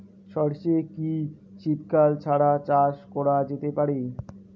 সর্ষে কি শীত কাল ছাড়া চাষ করা যেতে পারে?